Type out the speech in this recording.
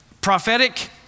prophetic